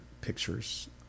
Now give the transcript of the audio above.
pictures